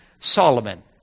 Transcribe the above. Solomon